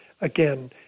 again